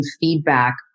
feedback